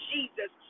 Jesus